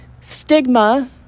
stigma